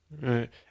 Right